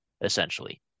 essentially